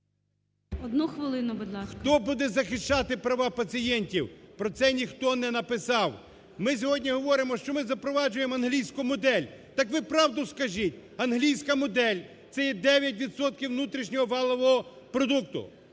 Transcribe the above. Хто буде захищати права пацієнтів? Про це ніхто не написав. Ми сьогодні говоримо, що ми запроваджуємо англійську модель. Так ви правду скажіть, англійська модель – це є 9 відсотків внутрішнього валового продукту,